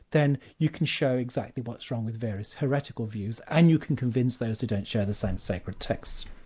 then you can show exactly what's wrong with various heretical views, and you can convince those who don't share the same sacred texts.